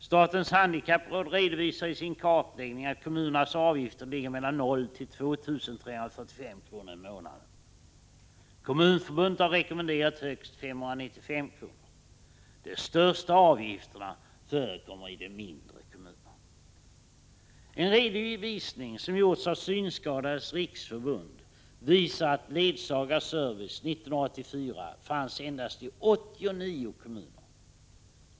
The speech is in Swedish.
Statens handikappråd redovisar i sin kartläggning att kommunernas avgifter ligger mellan 0 och 2 345 kr. i månaden. Kommunförbundet har rekommenderat högst 595 kr. De största avgifterna förekommer i de mindre kommunerna. En redovisning som gjorts av Synskadades riksförbund visar att ledsagarservice 1984 endast fanns i 89 kommuner.